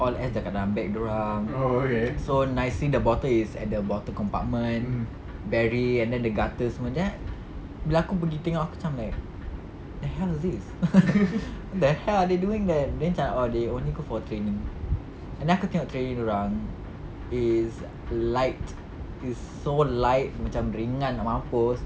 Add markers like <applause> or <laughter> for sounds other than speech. all S dah kat dalam bag dorang so nicely the bottle is at the bottle compartment diary gutter semua then bila aku pergi tengok aku macam like the hell is this <laughs> what the hell are they doing then then macam oh they only go for training and then aku tengok training dorang is light so light macam ringan nak mampus